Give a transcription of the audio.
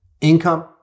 Income